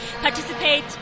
participate